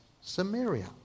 Samaria